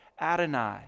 Adonai